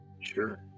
Sure